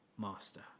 master